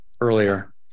earlier